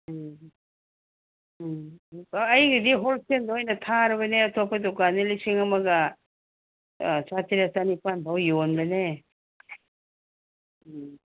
ꯎꯝ ꯎꯝ ꯑꯣ ꯑꯩꯒꯤꯗꯤ ꯍꯣꯜꯁꯦꯜꯗ ꯑꯣꯏꯅ ꯊꯥꯔꯕꯅꯦ ꯑꯇꯣꯞꯄ ꯗꯨꯀꯥꯟꯗ ꯂꯤꯁꯤꯡ ꯑꯃꯒ ꯆꯥꯇ꯭ꯔꯦꯠ ꯆꯅꯤꯄꯥꯟ ꯐꯥꯎ ꯌꯣꯟꯕꯅꯦ ꯎꯝ